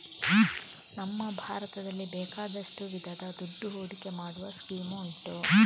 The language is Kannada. ನಮ್ಮ ಭಾರತದಲ್ಲಿ ಬೇಕಾದಷ್ಟು ವಿಧದ ದುಡ್ಡು ಹೂಡಿಕೆ ಮಾಡುವ ಸ್ಕೀಮ್ ಉಂಟು